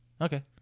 Okay